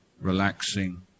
relaxing